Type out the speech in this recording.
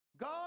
God